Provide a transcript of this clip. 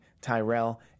Tyrell